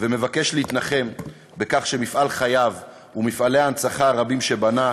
ומבקש להתנחם בכך שמפעל חייו ומפעלי ההנצחה הרבים שבנה